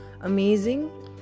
amazing